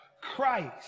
Christ